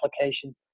application